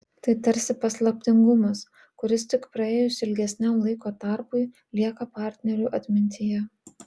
tai tarsi paslaptingumas kuris tik praėjus ilgesniam laiko tarpui lieka partnerių atmintyje